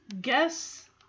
Guess